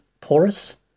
porous